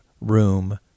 room